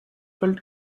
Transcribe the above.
felt